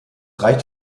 reicht